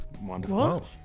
Wonderful